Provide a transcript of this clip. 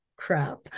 crap